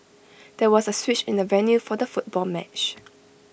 there was A switch in the venue for the football match